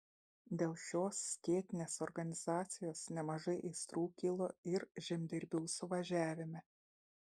dėl šios skėtinės organizacijos nemažai aistrų kilo ir žemdirbių suvažiavime